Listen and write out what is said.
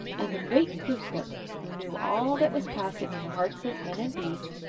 and the great glooskap, who knew all that was passing in the hearts of men and beasts,